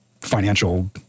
financial